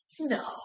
No